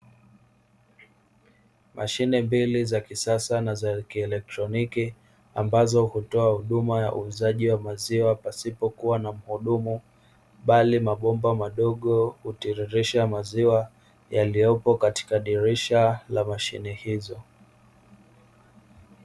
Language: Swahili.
Mashine mbili za kisasa na za kielektroniki ambazo hutoa huduma ya uuzaji wa maziwa pasipokuwa na mhudumu, bali mabomba madogo hutiririsha maziwa yaliyopo katika dirisha la mashine hizo.